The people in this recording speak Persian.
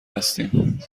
هستیم